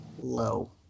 low